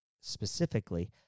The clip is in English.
specifically